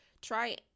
try